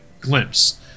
glimpse